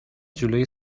جلوی